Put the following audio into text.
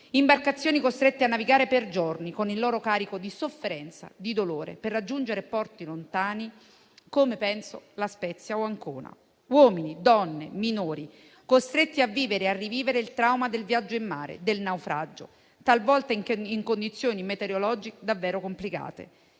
imbarcazioni costrette a navigare per giorni, con il loro carico di sofferenza e di dolore, per raggiungere porti lontani come La Spezia o Ancona; uomini, donne e minori costretti a vivere e a rivivere il trauma del viaggio in mare e del naufragio, talvolta in condizioni metereologiche davvero complicate,